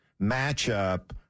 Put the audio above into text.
matchup